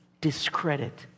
discredit